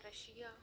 Russia